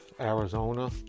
Arizona